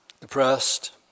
depressed